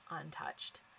untouched